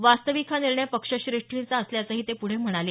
वास्तविक हा निर्णय पक्षश्रेष्ठींचा असल्याचंही ते पुढे म्हणाले